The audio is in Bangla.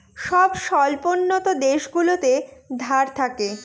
সব স্বল্পোন্নত দেশগুলোতে ধার থাকে